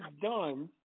done